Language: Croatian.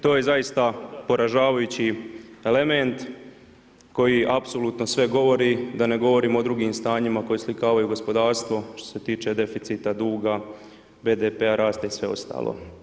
To je zaista poražavajući element koji apsolutno sve govori, da ne govorim o drugim stanjima koji oslikavaju gospodarstvo što se tiče deficita duga, BDP-a, rasta i sve ostalo.